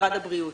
משרד הבריאות.